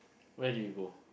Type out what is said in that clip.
where did you go